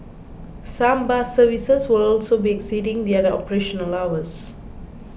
some bus services will also be extending their operational hours